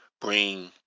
bring